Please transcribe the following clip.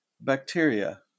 bacteria